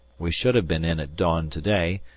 we should have been in at dawn to-day,